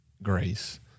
grace